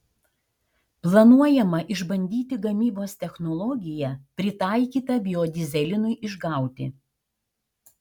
planuojama išbandyti gamybos technologiją pritaikytą biodyzelinui išgauti